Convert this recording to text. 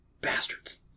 bastards